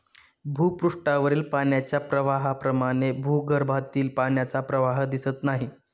भूपृष्ठावरील पाण्याच्या प्रवाहाप्रमाणे भूगर्भातील पाण्याचा प्रवाह दिसत नाही